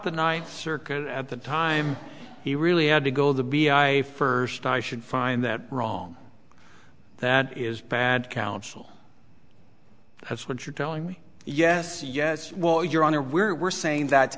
the ninth circuit at the time he really had to go the b i first i should find that wrong that is bad counsel that's what you're telling me yes yes well your honor we're we're saying that